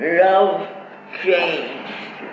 love-changed